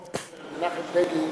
כאשר מנחם בגין